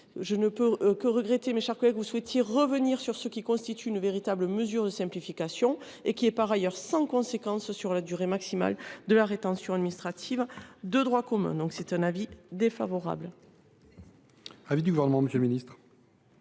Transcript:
Je regrette, mes chers collègues, que vous souhaitiez revenir sur ce qui constitue une véritable mesure de simplification, laquelle est par ailleurs sans conséquence sur la durée maximale de la rétention administrative de droit commun. L’avis de